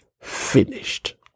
finished